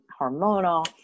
hormonal